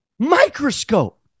microscope